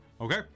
Okay